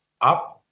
up